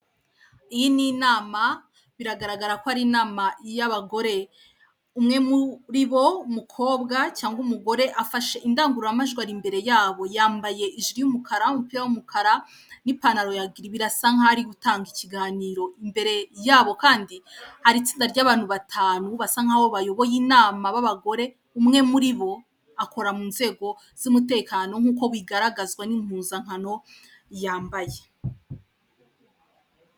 Iyi ni inama biragaragara ko ari inama y'abagore umwe muri bo umukobwa cyangwa umugore afashe indangururamajwi ari imbere yabo yambaye ijiri y'umukara, umupira w'umukara n'ipantaro ya giri birasa nkaho ari gutanga ikiganiro imbere yabo kandi hari itsinda ry; abantu batanu basa naho bayoboye inama babagore umwe muribo kandi birasa nkaho akora mu nzego z'umutekano nkuko bigaragazwa n'impuzangano yambaye.